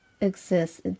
exists